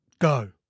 go